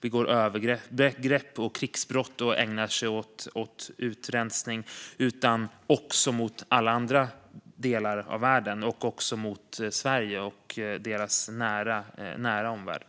begår övergrepp, krigsbrott och ägnar sig åt utrensning utan också i alla andra delar av världen och också i Sverige och dess nära omvärld.